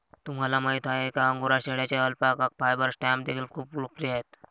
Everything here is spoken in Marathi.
तुम्हाला माहिती आहे का अंगोरा शेळ्यांचे अल्पाका फायबर स्टॅम्प देखील खूप लोकप्रिय आहेत